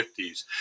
1950s